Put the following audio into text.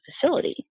facility